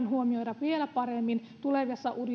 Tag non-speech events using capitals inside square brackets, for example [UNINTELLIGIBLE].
[UNINTELLIGIBLE] huomioida vielä paremmin tulevassa